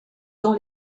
dans